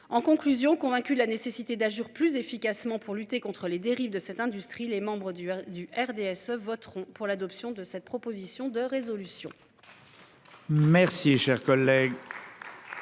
En conclusion, convaincu de la nécessité d'agir plus efficacement pour lutter contre les dérives de cette industrie, les membres du du RDSE voteront pour l'adoption de cette proposition de résolution.